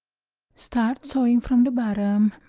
start sewing from the bottom.